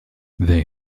they